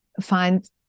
find